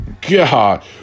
God